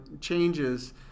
changes